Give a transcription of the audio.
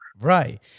Right